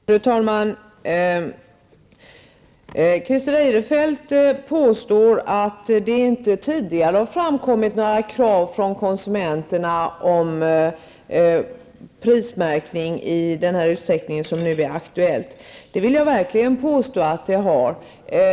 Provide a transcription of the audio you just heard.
Fru talman! Christer Eirefelt påstår att det inte tidigare har framkommit några krav från konsumenterna om prismärkning i den utsträckning som nu är aktuell. Det vill jag påstå att det har.